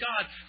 God